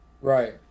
Right